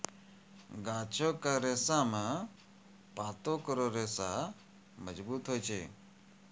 गाछो क रेशा म पातो केरो रेशा मजबूत होय छै